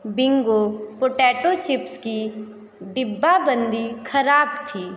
Bingo potato chips की डिब्बाबंदी ख़राब थी